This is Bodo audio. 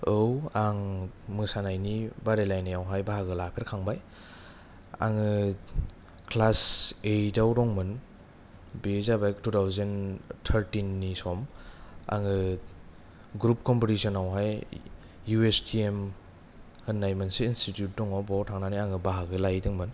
औ आं मोसानायनि बादायलायनायाव हाय बाहागो लाफेरखांबाय आङो क्लास ओइदआव दंमोन बेयो जाबाय थु थाउजेण्ड थारथिननि सम आङो ग्रुफ कम्फिटिसनआवहाय इउ एस थि एम होननाय मोनसे इनस्टिटिउट दङ बेयाव थांनानै आङो बाहागो लायैदोंमोन